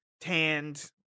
tanned